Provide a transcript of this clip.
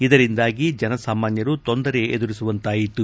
ಇದರಿಂದಾಗಿ ಜನಸಾಮಾನ್ಕರು ತೊಂದರೆ ಎದುರಿಸುವಂತಾಯಿತು